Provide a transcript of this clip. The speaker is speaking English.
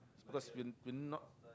cause we we not